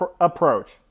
approach